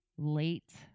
Late